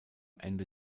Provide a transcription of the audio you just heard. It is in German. ende